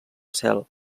cel